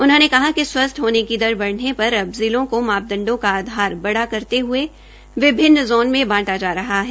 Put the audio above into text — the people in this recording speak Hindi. उन्होंने कहा कि स्वस्थ होने की दर बढ़ाने पर अब पि लों केा मापदंडों का आधार बड़ा करते हये विभिन्न ज़ोन में बाटा ा रहा है